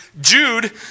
Jude